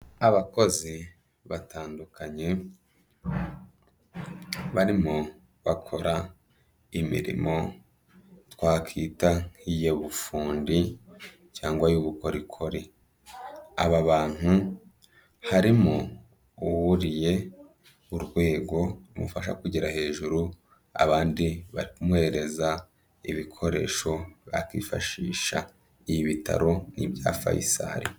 Abakozi batandukanye, barimo bakora imirimo twakwita nk'iyabufundi, cyangwa y'ubukorikori, aba bantu harimo uwuriye urwego rumufasha kugera hejuru, abandi bari kumuhereza ibikoresho akifashisha, ibi bitaro ni ibya Faisal.